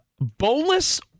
boneless